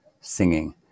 singing